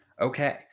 Okay